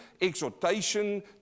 exhortation